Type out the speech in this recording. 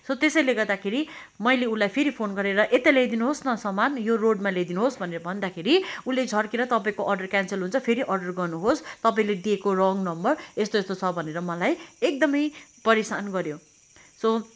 so त्यसैले गर्दाखेरि मैले उसलाई फेरि फोन गरेर यता ल्याइदिनुहोस् न सामान यो रोडमा ल्याइदिनुहोस् भनेर भन्दाखेरि उसले झर्केर तपाईँको अर्डर क्यान्सल हुन्छ फेरि अर्डर गर्नुहोस् तपाईँले दिएको रङ नम्बर यस्तो यस्तो छ भनेर मलाई एकदमै परेसान गऱ्यो सो